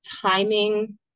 timing